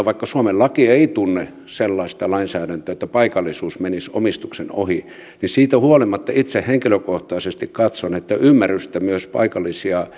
vaikka suomen laki ei tunne sellaista lainsäädäntöä että paikallisuus menisi omistuksen ohi niin siitä huolimatta itse henkilökohtaisesti katson että tarvitaan ymmärrystä myös paikallisia